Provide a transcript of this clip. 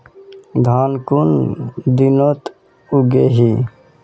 धान कुन दिनोत उगैहे